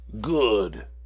Good